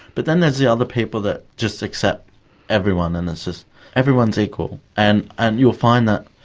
but then there's the other people that just accept everyone, and it's just everyone's equal. and and you'll find that